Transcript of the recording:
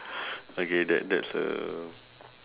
okay that that's a